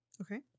Okay